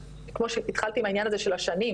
כמו שהתחלתי עם העניין הזה של השנים,